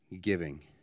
giving